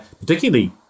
particularly